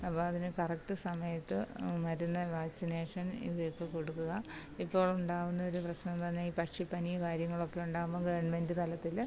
അപ്പോള് അതിന് കറക്ട് സമയത്ത് മരുന്ന് വാക്സിനേഷൻ ഇവയൊക്കെ കൊടുക്കുക ഇപ്പോഴുണ്ടാകുന്ന ഒരു പ്രശ്നമെന്നു പറഞ്ഞാല് ഈ പക്ഷിപ്പനി കാര്യങ്ങളൊക്കെ ഉണ്ടാവുമ്പോള് ഗവൺമെൻറ്റ് തലത്തില്